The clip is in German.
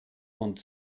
und